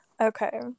Okay